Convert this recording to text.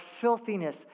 filthiness